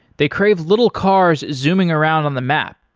they crave little cars zooming around on the map.